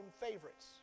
favorites